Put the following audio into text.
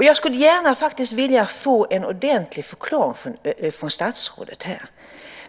Jag skulle gärna vilja få en ordentlig förklaring från statsrådet här.